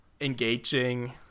engaging